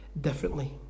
differently